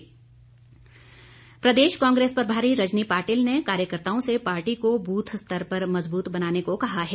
कांग्रेस प्रदेश कांग्रेस प्रभारी रजनी पाटिल ने कार्यकर्ताओं से पार्टी को बूथ स्तर पर मजबूत बनाने को कहा है